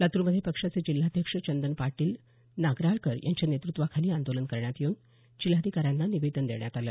लातूरमध्ये पक्षाचे जिल्हाध्यक्ष चंदन पाटील नागराळकर यांच्या नेतृत्वाखाली आंदोलन करण्यात येऊन जिल्हाधिकाऱ्यांना निवेदन देण्यात आलं